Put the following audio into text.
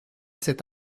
cet